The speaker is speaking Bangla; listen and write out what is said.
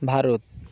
ভারত